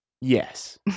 Yes